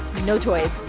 no toys.